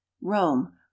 rome